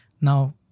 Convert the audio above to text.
Now